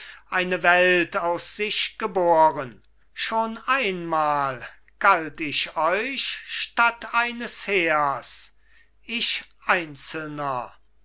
eine welt aus sich geboren schon einmal galt ich euch statt eines heers ich einzelner